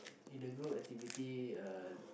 in the group activity uh